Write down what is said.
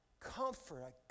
Comfort